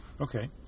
Okay